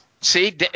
See